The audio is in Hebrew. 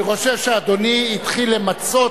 אני חושב שאדוני התחיל למצות